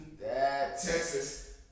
Texas